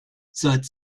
seit